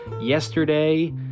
Yesterday